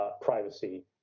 privacy